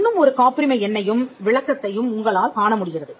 இன்னும் ஒரு காப்புரிமை எண்ணையும் விளக்கத்தையும் உங்களால் காண முடிகிறது